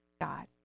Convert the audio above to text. God